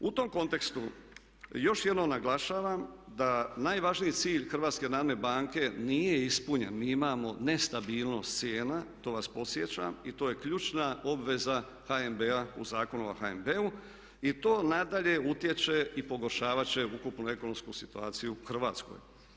U tom kontekstu još jednom naglašavam da najvažniji cilj Hrvatske narodne banke nije ispunjen, mi imamo nestabilnost cijena to vas podsjećam i to je ključna obveza HNB-a u Zakonu o HNB-u i to nadalje utječe i pogoršavat će ukupnu ekonomsku situaciju u Hrvatskoj.